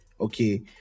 okay